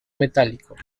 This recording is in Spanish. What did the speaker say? metálicos